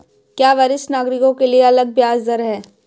क्या वरिष्ठ नागरिकों के लिए अलग ब्याज दर है?